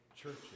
churches